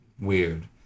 weird